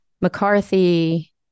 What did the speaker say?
McCarthy